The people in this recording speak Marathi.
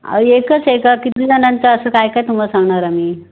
एकच आहे का किती जणांचं असं काय काय तुम्हाला सांगणार आम्ही